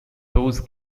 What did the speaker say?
those